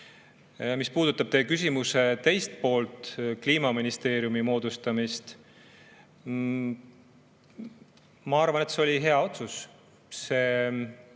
Mis puudutab teie küsimuse teist poolt, Kliimaministeeriumi moodustamist, siis ma arvan, et see oli hea otsus. See